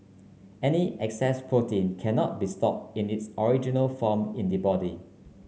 any excess protein cannot be stored in its original form in the body